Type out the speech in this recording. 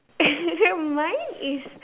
mine is